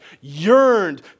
yearned